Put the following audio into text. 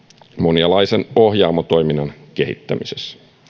monialaisen ohjaamo toiminnan kehittämisessä